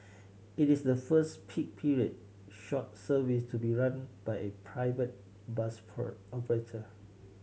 it is the first peak period short service to be run by a private bus operator